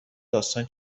داستان